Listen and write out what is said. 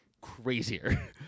crazier